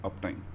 uptime